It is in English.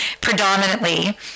predominantly